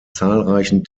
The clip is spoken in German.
zahlreichen